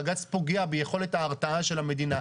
בג"ץ פוגע ביכולת ההרתעה של המדינה למשילות.